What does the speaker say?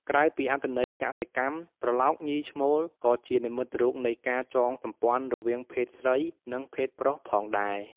ក្រៅពីអត្ថន័យកសិកម្ម ត្រឡោកញីឈ្មោល ក៏ជានិមិត្តរូបនៃការចងសម្ព័ន្ធរវាងភេទស្រី និងភេទប្រុសផងដែរ។